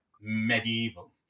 medieval